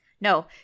No